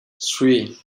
three